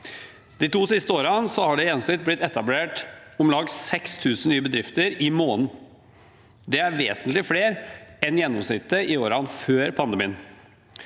De to siste årene har det i gjennomsnitt blitt etablert om lag 6 000 nye bedrifter i måneden. Det er vesentlig flere enn gjennomsnittet i årene før pandemien.